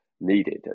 needed